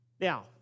Now